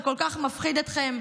שכל כך מפחיד אתכם,